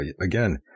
Again